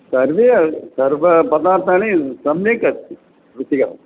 सर्वे सर्वे पदार्थाः सम्यक् अस्ति रुचिः वरम्